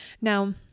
Now